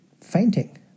fainting